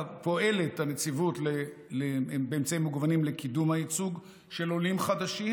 הנציבות כבר פועלת באמצעים מגוונים לקידום הייצוג של עולים חדשים.